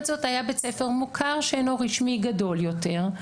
זאת היה בית ספר מוכר שאינו רשמי גדול יותר,